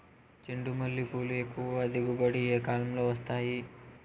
చెండుమల్లి పూలు ఎక్కువగా దిగుబడి ఏ కాలంలో వస్తాయి